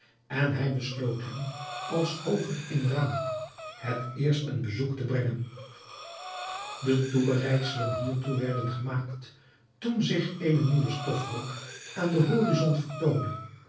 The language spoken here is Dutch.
en hij besloot hem als hooger in rang het eerst een bezoek te brengen de toebereidselen hiertoe werden gemaakt toen zich eene nieuwe stofwolk aan den horizont vertoonde